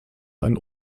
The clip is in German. einen